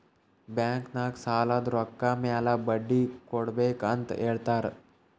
bank ನಾಗ್ ಸಾಲದ್ ರೊಕ್ಕ ಮ್ಯಾಲ ಬಡ್ಡಿ ಕೊಡ್ಬೇಕ್ ಅಂತ್ ಹೇಳ್ತಾರ್